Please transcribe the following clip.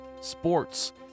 sports